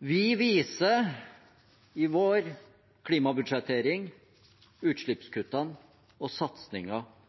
Vi viser i vår klimabudsjettering utslippskuttene og